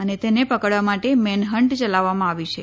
અને તેને પકડવા માટે મૈનહંટ ચલાવવામાં આવ્યું છે